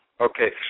Okay